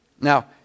Now